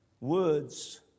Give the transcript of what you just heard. words